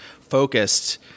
focused